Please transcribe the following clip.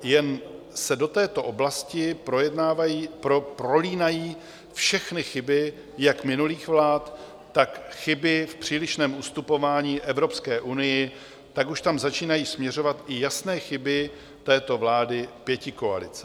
Jen se do této oblasti prolínají všechny chyby jak minulých vlád, tak chyby v přílišném ustupování Evropské unii a už tam začínají směřovat i jasné chyby této vlády pětikoalice.